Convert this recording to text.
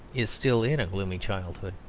is still in a gloomy childhood.